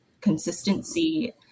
consistency